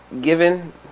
given